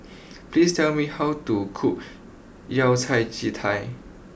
please tell me how to cook Yao Cai Ji Tai